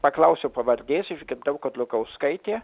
paklausiau pavardės išgirdau kad lukauskaitė